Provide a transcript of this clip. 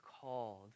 called